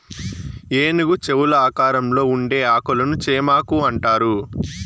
ఏనుగు చెవుల ఆకారంలో ఉండే ఆకులను చేమాకు అంటారు